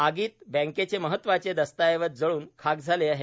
आगीत बँकेचे महत्वाचे दस्तावेज जळून खाक झाले आहे